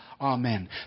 Amen